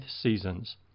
seasons